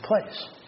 place